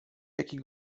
jakich